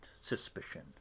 suspicion